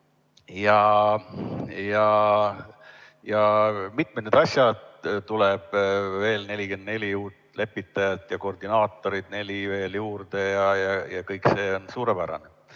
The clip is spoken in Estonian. need asjad, et tuleb veel 44 uut lepitajat ja koordinaatorit, neli veel juurde ja kõik see on suurepärane.